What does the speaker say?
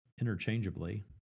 interchangeably